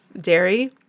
dairy